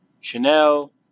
Chanel